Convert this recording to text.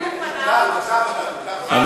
לא, אני גם, לפניו, לפניו.